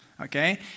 Okay